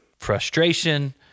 frustration